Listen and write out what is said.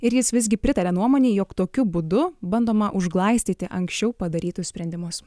ir jis visgi pritaria nuomonei jog tokiu būdu bandoma užglaistyti anksčiau padarytus sprendimus